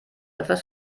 etwas